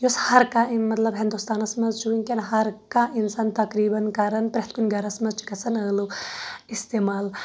یُس ہَر کانٛہہ مطلَب ہِنٛدُستانس منٛز چھ ؤنٛۍکیٚن ہر کانٛہہ اِنسان تقریٖبن کران پریٚتھ کُنہِ گرس منٛز چھُ گژھان ٲلو اِستعمال